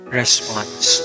response